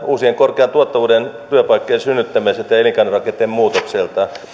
uusien korkean tuottavuuden työpaikkojen synnyttämiseltä ja elinkaarirakenteen muutokselta